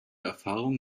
erfahrung